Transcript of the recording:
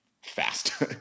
fast